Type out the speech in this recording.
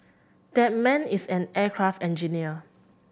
that man is an aircraft engineer